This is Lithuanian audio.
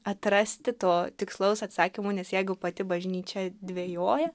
atrasti to tikslaus atsakymo nes jeigu pati bažnyčia dvejoja